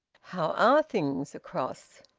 how are things across?